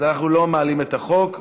אז אנחנו לא מעלים את החוק,